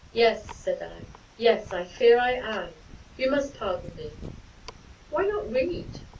yes, said i yes, i fear i am you must pardon me why not read?